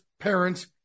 parents